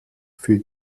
für